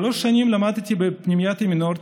שלוש שנים למדתי בפנימיית ימין אורד,